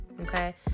okay